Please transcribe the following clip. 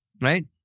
right